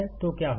तो क्या होगा